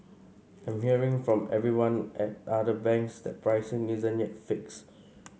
I'm hearing from everyone at other banks that pricing isn't yet fixed